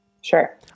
Sure